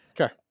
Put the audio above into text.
Okay